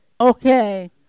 Okay